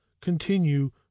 CONTINUE